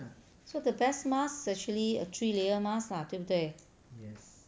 so the best mask is actually a three layer mask lah 对不对